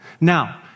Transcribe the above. Now